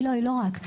היא לא רק.